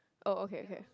oh okay okay